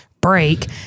break